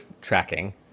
tracking